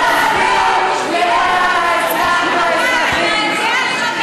תצביעו למען האזרח והאזרחית.